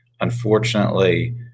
Unfortunately